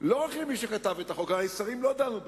לא רק למי שכתב את החוק, הרי שרים לא דנו בזה.